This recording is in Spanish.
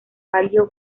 valió